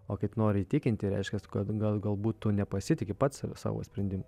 o kaip nori įtikinti reiškias tu kad galbūt tu nepasitiki pats savo sprendimu